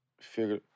figure